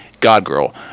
Godgirl